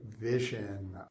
vision